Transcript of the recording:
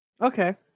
Okay